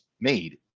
made